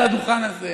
על הדוכן הזה,